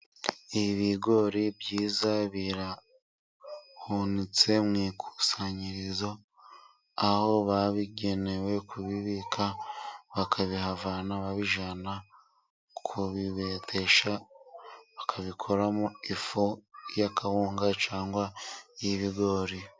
Ibigori byiza birahunnitse mu ikusanyirizo. Aho babigenewe kubibika bakabihavana babijyana kubibetesha ,bakabikoramo ifu y'akawunga cyangwa iy'ibigori.